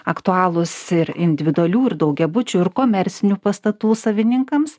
aktualūs ir individualių ir daugiabučių ir komercinių pastatų savininkams